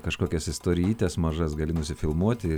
kažkokias istorijytes mažas gali nusifilmuoti